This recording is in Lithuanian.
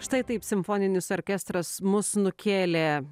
štai taip simfoninis orkestras mus nukėlė